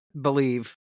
believe